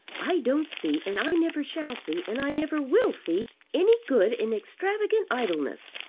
i don't see and i never shall see and i never will see any good in extravagant idleness.